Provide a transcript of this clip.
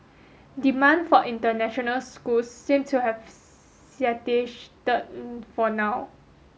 demand for international schools seems to have been for now